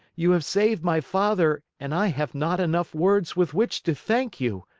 you have saved my father, and i have not enough words with which to thank you!